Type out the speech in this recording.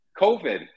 COVID